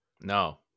No